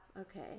Okay